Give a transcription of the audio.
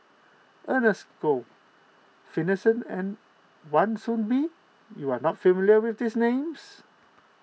Ernest Goh Finlayson and Wan Soon Bee you are not familiar with these names